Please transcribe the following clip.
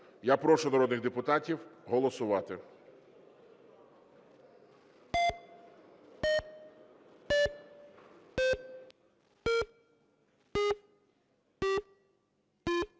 Я прошу народних депутатів голосувати.